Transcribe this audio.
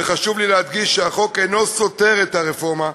וחשוב לי להדגיש שהחוק אינו סותר את הרפורמה,